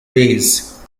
ways